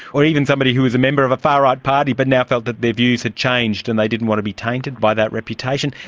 or even somebody who was a member of a far right party but now felt that their views had changed and the didn't want to be tainted by that reputation.